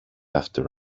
after